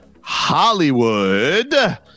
Hollywood